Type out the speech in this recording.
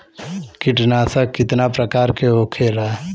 कीटनाशक कितना प्रकार के होखेला?